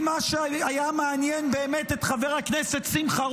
אם מה שהיה מעניין באמת את חבר הכנסת שמחה